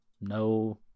no